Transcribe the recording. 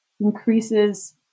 increases